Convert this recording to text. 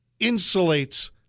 insulates